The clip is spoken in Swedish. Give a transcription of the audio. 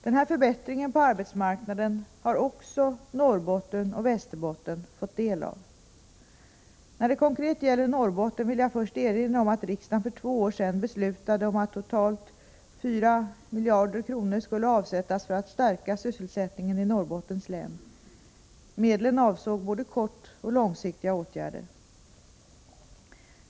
Den här förbättringen på arbetsmarknaden har också Norrbotten och Västerbotten fått del av. När det konkret gäller Norrbotten vill jag först erinra om att riksdagen för två år sedan beslutade om att 4 miljarder kronor skulle avsättas för att stärka sysselsättningen i Norrbottens län. Medlen avsåg både kortoch långsiktiga åtgärder.